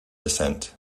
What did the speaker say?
descent